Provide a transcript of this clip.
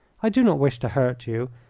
i do not wish to hurt you,